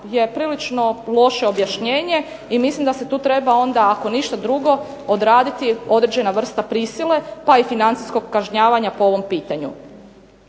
je prilično loše objašnjenje i mislim da se tu treba odraditi određena vrsta prisile pa i financijskog kažnjavanja po ovom pitanju.